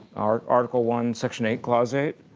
article one, section eight, clause eight.